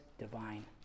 divine